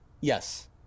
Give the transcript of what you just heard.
Yes